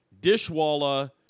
Dishwalla